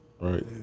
right